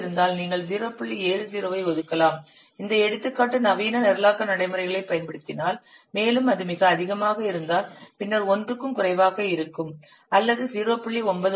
70 ஐ ஒதுக்கலாம் இந்த எடுத்துக்காட்டு நவீன நிரலாக்க நடைமுறைகளை பயன்படுத்தினால் மேலும் அது மிக அதிகமாக இருந்தால் பின்னர் 1 க்கும் குறைவாக இருக்கும் அல்லது 0